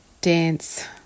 dance